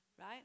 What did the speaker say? right